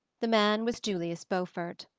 the man was julius beaufort.